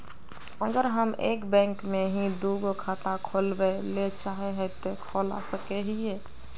अगर हम एक बैंक में ही दुगो खाता खोलबे ले चाहे है ते खोला सके हिये?